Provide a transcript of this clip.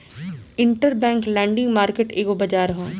interbank lending market एगो बाजार ह